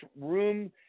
room